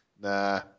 Nah